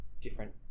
different